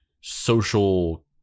social